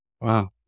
Wow